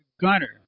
Gunner